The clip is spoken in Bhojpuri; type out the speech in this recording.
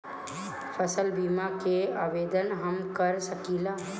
फसल बीमा के आवेदन हम कर सकिला?